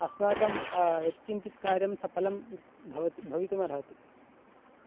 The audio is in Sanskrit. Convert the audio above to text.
अस्माकं यत्किञ्चित् कार्यं सफलम् भवेत् भवितुमर्हति